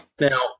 Now